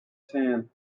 tan